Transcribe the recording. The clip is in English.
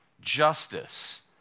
justice